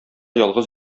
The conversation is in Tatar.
ялгыз